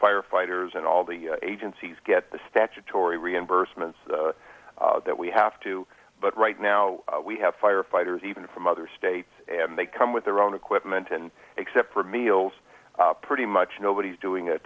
firefighters and all the agencies get the statutory reimbursements that we have to but right now we have firefighters even from other states and they come with their own equipment and except for meals pretty much nobody's doing